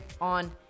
on